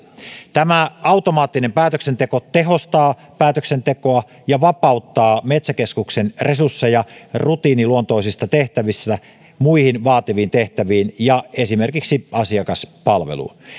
tämä automaattinen päätöksenteko tehostaa päätöksentekoa ja vapauttaa metsäkeskuksen resursseja rutiiniluontoisista tehtävistä muihin vaativiin tehtäviin ja esimerkiksi asiakaspalveluun